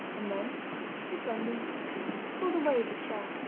and then descending pulled away the chair.